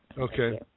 Okay